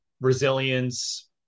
resilience